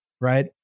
Right